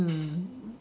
mm